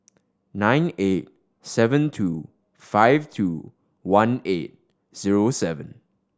nine eight seven two five two one eight zero seven